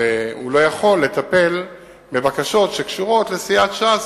הוא לא יכול לטפל בבקשות שקשורות לסיעת ש"ס,